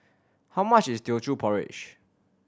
how much is Teochew Porridge